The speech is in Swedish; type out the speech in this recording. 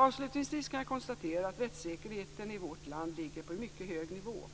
Avslutningsvis kan jag konstatera att rättssäkerheten i vårt land ligger på en mycket hög nivå.